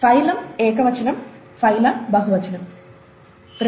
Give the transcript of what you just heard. phylum ఏకవచనం phyla బహువచనము